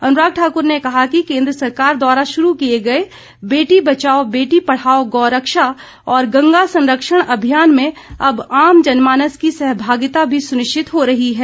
अनुराग ठाकुर ने कहा कि केन्द्र सरकार द्वारा शुरू किए गए बेटी बचाओ बेटी पढ़ाओ गौ रक्षा और गंगा संरक्षण अभियान में अब आम जनमानस की सहभागिता भी सुनिश्चित हो रही है